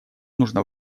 нужно